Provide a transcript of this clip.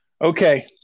Okay